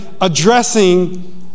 addressing